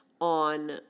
on